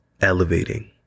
elevating